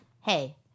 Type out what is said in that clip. hey